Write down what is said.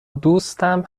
دوستم